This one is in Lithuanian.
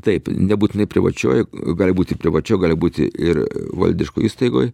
taip nebūtinai privačioj gali būti privačioj gali būti ir valdiškoj įstaigoj